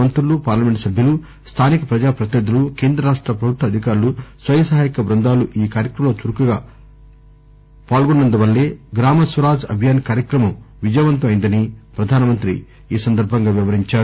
మం్రులు parliament సభ్యులు స్థానిక ప్రజా పతినిధులు కేంద్ర రాష్ట పభుత్వ అధికారులు స్వయం సహాయక బృందాల ఈ కార్యక్రమంలో చురుకుగా పాల్గొనందువల్లే గ్రామ స్వరాజ్ అభియాన్ కార్యక్రమం విజయవంతం అయిందని ప్రధానమంతి చెప్పారు